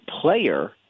player